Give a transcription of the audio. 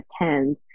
attend